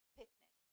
picnic